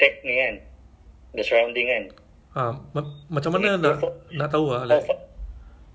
but if the wifi off kan but K let's say we on the speaker but wifi off do you